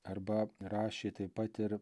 arba rašė taip pat ir